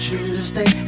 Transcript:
Tuesday